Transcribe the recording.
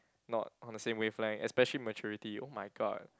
not on the same wavelength especially maturity !oh-my-god!